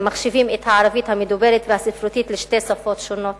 אם מחשיבים את הערבית המדוברת והספרותית לשתי שפות שונות,